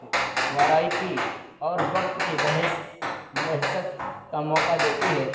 variety اور وقت کی بحث بچت کا موقع دیتی ہے